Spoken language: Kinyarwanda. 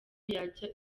yajya